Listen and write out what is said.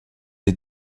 est